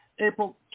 April –